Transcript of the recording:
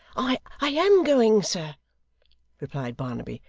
i am going, sir replied barnaby,